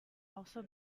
also